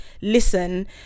listen